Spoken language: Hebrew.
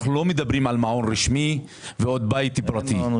אנחנו לא מדברים על מעון רשמי ועוד בית פרטי.